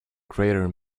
greater